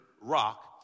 Rock